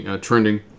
trending